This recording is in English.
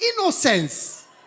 innocence